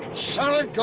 solid